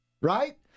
right